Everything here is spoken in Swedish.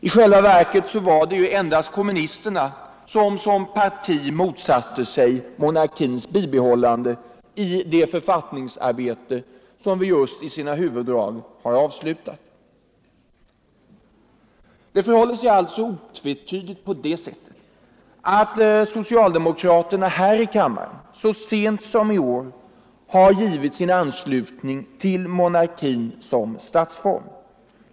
I själva verket var det endast kom Onsdagen den munisterna som i det författningsarbete vi i det väsentliga just avslutat 30 oktober 1974 såsom parti motsatte sig monarkins bibehållande. Det är alltså otvetydigt så att också socialdemokraterna i denna kammare = Statsformen så sent som i år har givit sin anslutning till monarkin som statsform.